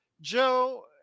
Joe